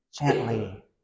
gently